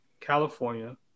California